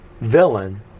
villain